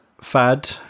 fad